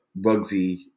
Bugsy